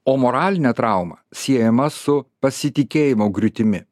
o moralinė trauma siejama su pasitikėjimo griūtimi